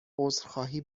عذرخواهی